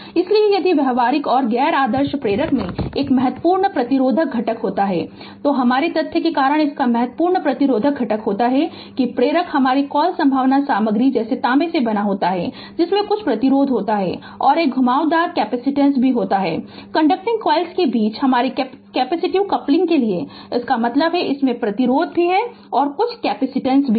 Refer Slide Time 1629 इसलिए यदि व्यावहारिक और गैर आदर्श प्रेरक में एक महत्वपूर्ण प्रतिरोधक घटक होता है तो हमारे तथ्य के कारण इसका महत्वपूर्ण प्रतिरोधक घटक होता है कि प्रेरक हमारे कॉल संवाहक सामग्री जैसे तांबे से बना होता है जिसमें कुछ प्रतिरोध होता है और एक घुमावदार केपेसीटेन्स भी होता है कंडक्टिंग कॉइल्स के बीच हमारे कैपेसिटिव कपलिंग के लिए इसका मतलब है इसमें प्रतिरोध भी है कुछ केपेसीटेन्स है